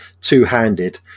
two-handed